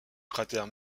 cratère